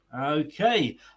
okay